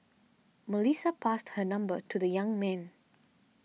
Melissa passed her number to the young man